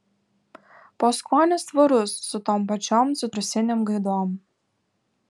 poskonis tvarus su tom pačiom citrusinėm gaidom